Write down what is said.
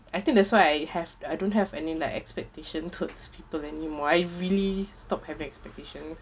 I think that's why I have I don't have any like expectation towards people anymore I really stop having expectations